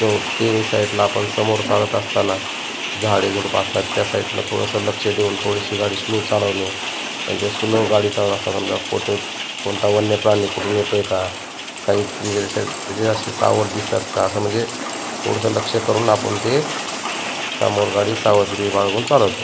जो तिन्ही साईडला आपण समोर चालत असताना झाडे झुडपा असतात त्या साईडनं थोडंसं लक्ष देऊन थोडीशी गाडी स्लो चालवणे आणि ते स्लो गाडी चालवत असतना समजा कोत कोणता वन्य प्राणी कुठून येतो आहे का काही म्हणजे त्याश त्याच्या असे सावट दिसतात का असं म्हणजे थोडंसं लक्ष करून आपण ते सामोरं गाडी सावधगिरी बाळगून चालवतो